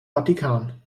vatikan